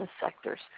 sectors